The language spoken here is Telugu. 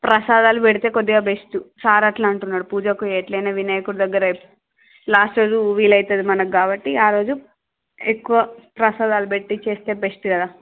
ప్రసాదాలు పెడితే కొద్దిగా బెస్టు సార్ అట్లా అంటున్నాడు పూజకు ఎట్లైనా వినాయకుడు దగ్గర లాస్ట్ రోజు వీలైతుంది మనకు కాబట్టి ఆ రోజు ఎక్కువ ప్రసాదాలు పెట్టి చేస్తే బెస్ట్ కదా